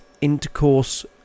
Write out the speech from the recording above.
intercourse